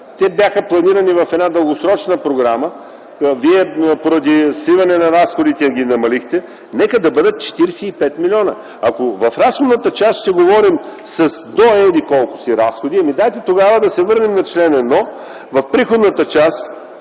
Те бяха планирани в една дългосрочна програма. Вие поради свиване на разходите ги намалихте. Нека да бъдат 45 милиона. Ако в разходната част ще си говорим „до еди-колко си разходи”, ами дайте тогава да се върнем на чл. 1, в приходната част